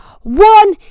one